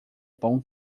pão